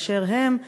באשר הם,